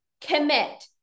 commit